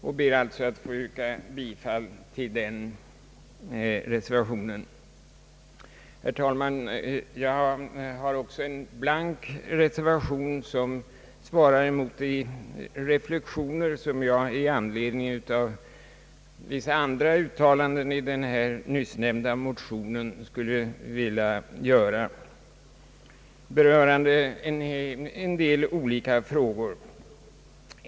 Jag ber alltså att få yrka bifall till denna reservation. Herr talman! Jag har också avgett en blank reservation, som svarar mot de reflexioner som jag i anledning av vissa andra uttalanden i nyssnämnda motion skulle vilja göra rörande en del olika frågor.